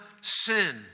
sin